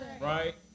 Right